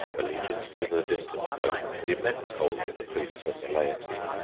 allegiance to the distant pope, the immense hold of the priests on the laity,